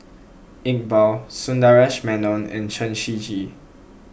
Iqbal Sundaresh Menon and Chen Shiji